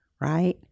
right